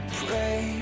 pray